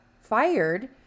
fired